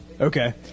Okay